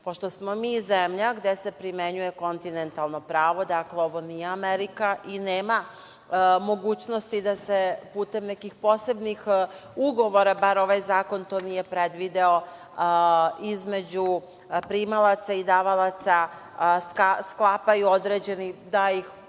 smo mi zemlja gde se primenjuje kontinentalno pravo, dakle, ovo nije Amerika, i nema mogućnosti da se putem nekih posebnih ugovora, bar ovaj zakon to nije predvideo, između primalaca i davalaca sklapaju određeni, da ih žargonski